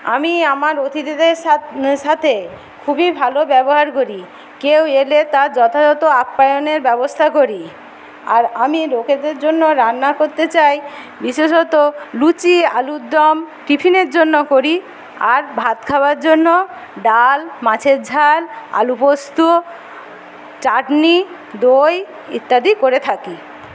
আমি আমার অথিতিদের সাথ সাথে খুবই ভালো ব্যবহার করি কেউ এলে তাঁর যথাযত আপ্যায়নের ব্যবস্থা করি আর আমি লোকেদের জন্য রান্না করতে চাই বিশেষত লুচি আলুর দম টিফিনের জন্য করি আর ভাত খাওয়ার জন্য ডাল মাছের ঝাল আলুপোস্ত চাটনি দই ইত্যাদি করে থাকি